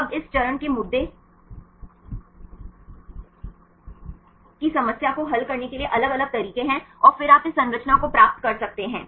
अब इस चरण के मुद्दे की समस्या को हल करने के लिए अलग अलग तरीके हैं और फिर आप इस संरचना को प्राप्त कर सकते हैं